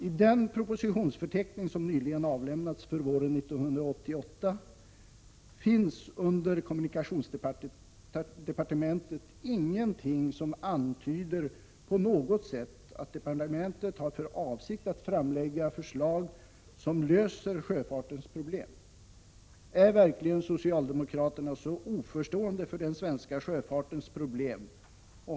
I den propositionsförteckning som nyligen avlämnats för våren 1988 finns ingenting under kommunikationsdepartementet som på något sätt antyder att departementet har för avsikt att framlägga förslag som löser sjöfartens problem. Är verkligen socialdemokraterna så oförstående för den svenska sjöfartens problem?